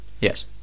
Yes